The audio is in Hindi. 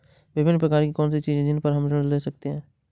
विभिन्न प्रकार की कौन सी चीजें हैं जिन पर हम ऋण ले सकते हैं?